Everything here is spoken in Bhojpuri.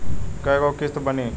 कय गो किस्त बानी?